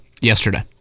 yesterday